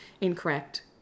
incorrect